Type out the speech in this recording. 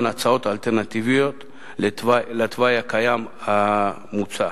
הצעות אלטרנטיביות לתוואי הקיים המוצע.